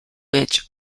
which